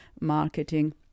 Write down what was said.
marketing